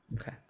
Okay